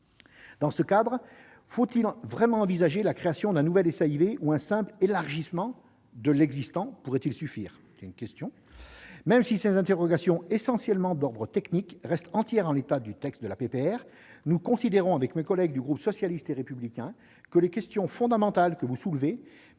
Dans ce cadre, faut-il vraiment envisager la création d'un nouveau SAIV ? Un simple « élargissement » de l'existant ne pourrait-il suffire ? Même si ces interrogations, essentiellement d'ordre technique, restent entières en l'état du texte de la proposition de résolution, nous considérons, avec mes collègues du groupe socialiste et républicain, que les questions fondamentales soulevées